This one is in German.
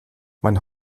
man